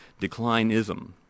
declinism